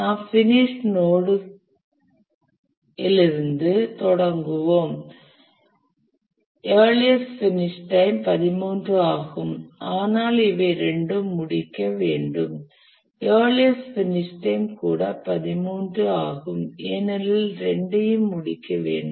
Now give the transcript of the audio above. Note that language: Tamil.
நாம் பினிஷ் நோட் லிருந்து தொடங்குவோம் இயர்லியஸ்ட் பினிஷ் டைம் 13 ஆகும் ஆனால் இவை இரண்டும் முடிக்க வேண்டும்இயர்லியஸ்ட்ப பினிஷ் டைம் கூட 13 ஆகும் ஏனெனில் இரண்டையும் முடிக்க வேண்டும்